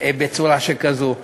בצורה שכזו.